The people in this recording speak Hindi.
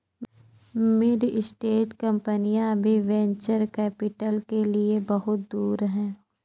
मिड स्टेज कंपनियां अभी वेंचर कैपिटल के लिए बहुत दूर हैं